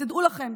תדעו לכם,